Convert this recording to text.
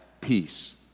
peace